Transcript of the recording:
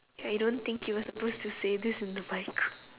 I don't think you were supposed to say this in the mic